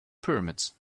pyramids